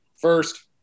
first